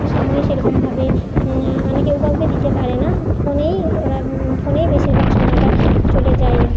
সময় সেরকমভাবে মানে কেউ কাউকে দিতে পারে না ফোনেই ওরা ফোনেই বেশিরভাগ সময়টা চলে যায়